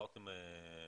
אמירה,